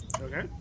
Okay